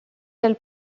quel